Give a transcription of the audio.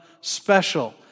special